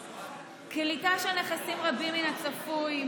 קליטה של נכסים רבים מן הצפוי,